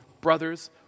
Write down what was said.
brothers